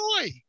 joy